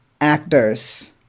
actors